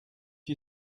you